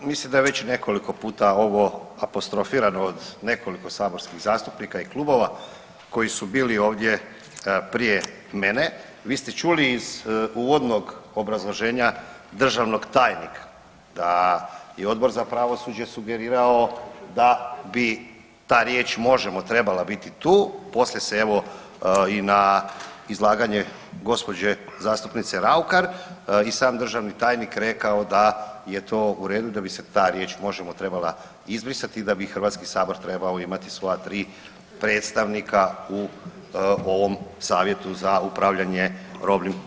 Pa mislim da je ovo već nekoliko puta apostrofirano od nekoliko saborskih zastupnika i klubova koji su bili ovdje prije mene, vi ste čuli iz uvodnog obrazloženja državnog tajnika da je Odbor za pravosuđe sugerirao da bi ta riječ možemo trebala biti tu, poslije se evo i na izlaganje gospođe zastupnice RAukar i sam državni tajnik rekao da je to u redu i da bi se ta riječ možemo trebala izbrisati i da bi HS trebao imati svoja tri predstavnika u ovom Savjetu za upravljanje robnim zalihama.